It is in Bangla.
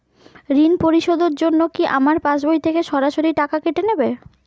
ঋণ পরিশোধের জন্য কি আমার পাশবই থেকে সরাসরি টাকা কেটে নেবে?